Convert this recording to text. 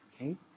Okay